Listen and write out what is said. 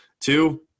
Two